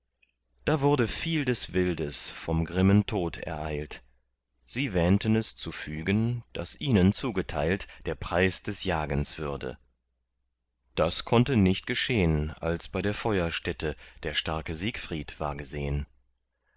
da wurde viel des wildes vom grimmen tod ereilt sie wähnten es zu fügen daß ihnen zugeteilt der preis des jagens würde das konnte nicht geschehn als bei der feuerstätte der starke siegfried ward gesehn